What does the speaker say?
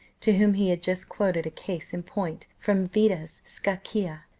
to whom he had just quoted a case in point from vida's scacchia,